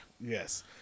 Yes